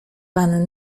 pan